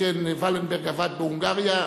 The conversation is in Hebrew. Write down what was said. שכן ולנברג עבד בהונגריה,